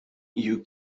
you